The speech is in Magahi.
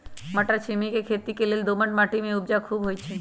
मट्टरछिमि के खेती लेल दोमट माटी में उपजा खुब होइ छइ